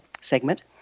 segment